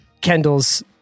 Kendall's